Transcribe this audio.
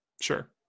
Sure